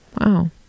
wow